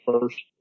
first